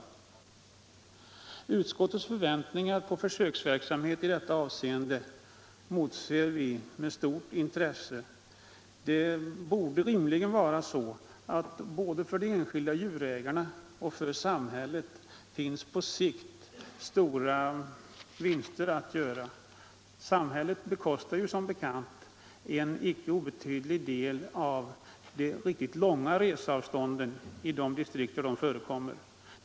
Resultatet av den av utskottet förväntade försöksverksamheten i detta avseende emotser vi med stort intresse. Det borde rimligen vara så att både de enskilda djurägarna och samhället på sikt har stora vinster att göra. Samhället bekostar som bekant en del av de riktigt långa resorna i distrikt med stora avstånd.